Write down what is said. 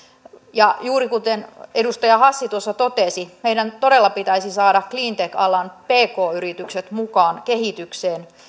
ja juuri kuten edustaja hassi totesi meidän todella pitäisi saada cleantech alan pk yritykset mukaan kehitykseen